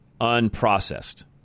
unprocessed